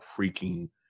freaking